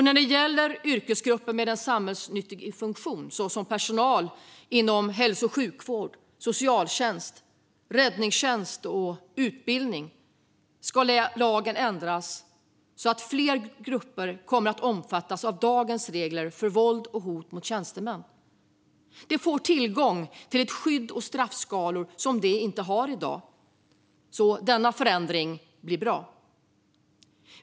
När det gäller yrkesgrupper med en samhällsnyttig funktion, som personal inom hälso och sjukvård, socialtjänst, räddningstjänst och utbildning, ska lagen ändras så att fler grupper omfattas av dagens regler för våld och hot mot tjänsteman. De får tillgång till skydd och straffskalor som de inte har i dag, så denna förändring blir bra.